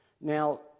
Now